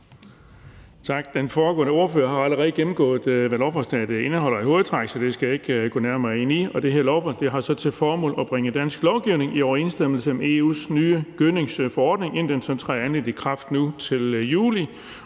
Den foregående ordfører har jo allerede gennemgået, hvad lovforslaget indeholder i hovedtræk, så det skal jeg ikke gå nærmere ind i. Det her lovforslag har så til formål at bringe dansk lovgivning i overensstemmelse med EU's nye gødningsforordning, inden den så nu træder endeligt i kraft til juli,